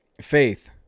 faith